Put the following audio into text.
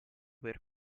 per